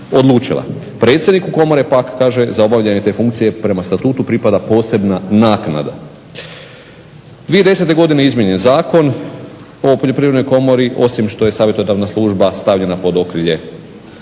odlučila. Predsjedniku komore pak kaže za obavljanje te funkcije prema Statutu pripada posebna naknada. 2010. godine izmijenjen je Zakon o Poljoprivrednoj komori. Osim što je savjetodavna služba stavljena pod okrilje